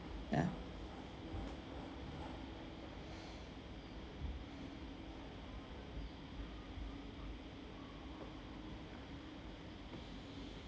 ya